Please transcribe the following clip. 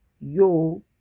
Yo